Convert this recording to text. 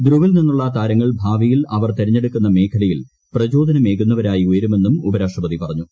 ധ്രുവിൽ നിന്നുള്ള താരങ്ങൾ ഭാവിയിൽ അവർ തെരഞ്ഞെടുക്കുന്ന മേഖലയിൽ പ്രചോദനമേകുന്നവരായി ഉയരുമെന്നും ഉപരാഷ്ട്രപതി പറഞ്ഞു